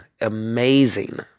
amazing